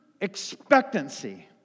expectancy